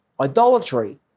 idolatry